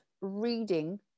reading